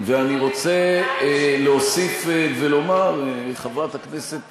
אני רוצה להוסיף ולומר, חברת הכנסת